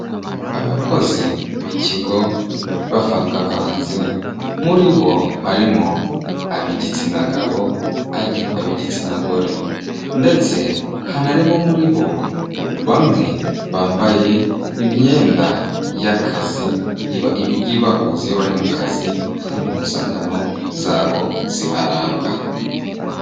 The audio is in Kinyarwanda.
Abakozi b'ikigo bavangavanze, muri bo harimo ab'igitsina gabo, ab'igitsina gore, ndetse hanarimo muri bo bamwe bambaye imyenda y'akazi igiye bahuza iyo bari mu kazi nk'impuzankano zabo zibaranga.